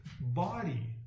body